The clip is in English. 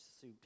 suit